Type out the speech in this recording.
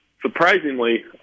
surprisingly